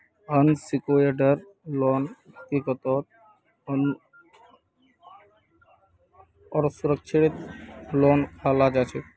unsecured loan हकीकतत असुरक्षित loan कहाल जाछेक